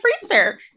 freezer